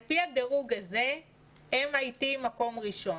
על פי הדירוג הזה MIT במקום ראשון.